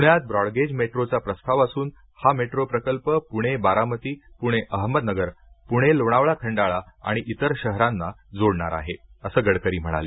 पुण्यात ब्रॉडगेज मेट्रोचा प्रस्ताव असून हा मेट्रो प्रकल्प पुणे बारामती पुणे अहमदनगर पुणे लोणावळा खंडाळा आणि इतर शहरांना जोडणार आहे असं गडकरी म्हणाले